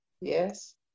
Yes